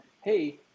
hey